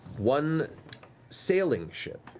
one sailing ship.